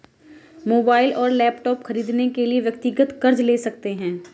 mobile और laptop खरीदने के लिए व्यक्तिगत कर्ज ले सकते है